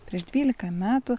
prieš dvylika metų